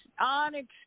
Onyx